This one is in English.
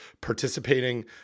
participating